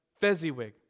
Fezziwig